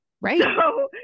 right